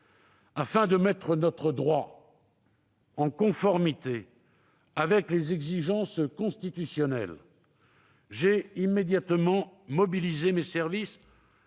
Afin de mettre notre droit en conformité avec les exigences constitutionnelles, j'ai immédiatement mobilisé mes services